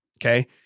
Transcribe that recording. okay